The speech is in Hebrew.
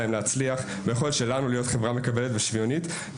שלהם להצליח; ביכולת שלנו להיות חברה מקבלת ושוויונית,